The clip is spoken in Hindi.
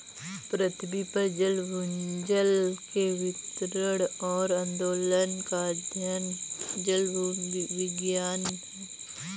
पृथ्वी पर जल भूजल के वितरण और आंदोलन का अध्ययन जलभूविज्ञान है